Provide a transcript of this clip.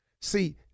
See